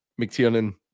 McTiernan